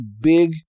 big